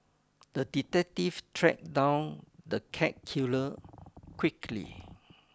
the detective tracked down the cat killer quickly